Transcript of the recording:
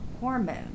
hormone